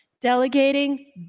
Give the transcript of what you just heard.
delegating